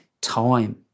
time